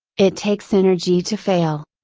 it takes energy to fail.